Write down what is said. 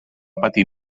patir